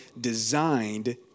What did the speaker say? designed